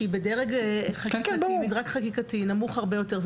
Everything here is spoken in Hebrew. שהיא במדרג חקיקתי נמוך הרבה יותר,